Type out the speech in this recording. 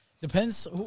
Depends